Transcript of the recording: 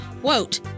quote